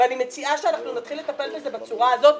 ואני מציעה שאנחנו נתחיל לטפל בזה בצורה הזאת.